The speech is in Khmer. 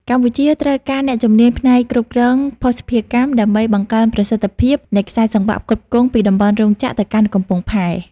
កម្ពុជាត្រូវការអ្នកជំនាញផ្នែកគ្រប់គ្រងភស្តុភារកម្ម ដើម្បីបង្កើនប្រសិទ្ធភាពនៃខ្សែសង្វាក់ផ្គត់ផ្គង់ពីតំបន់រោងចក្រទៅកាន់កំពង់ផែ។